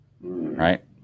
Right